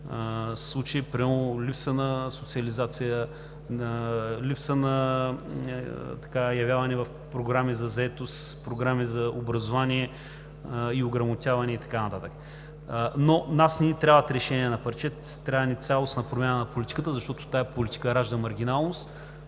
случаи – примерно липса на социализация, липса на явяване в програми за заетост, програми за образование и ограмотяване и така нататък. На нас не ни трябват решения на парче. Трябва ни цялостна промяна на политиката, защото тази политика ражда маргиналност,